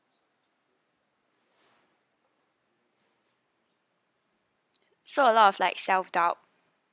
so a lot of like self doubt